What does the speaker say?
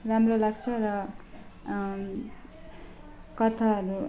राम्रो लाग्छ र कथाहरू